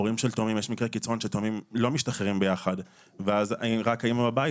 יש מקרי קיצון שתאומים לא משתחררים יחד ואז רק האימא בבית.